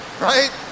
Right